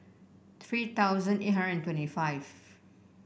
three thousand eight hundred and twenty five